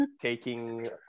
taking